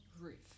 roof